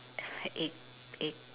egg egg